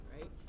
right